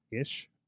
ish